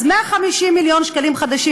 אז 150 מיליון שקלים חדשים,